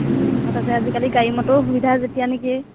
আৰু তাতে আজিকালি গাড়ী মটৰৰ সুবিধা যেতিয়া নেকি